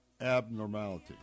abnormality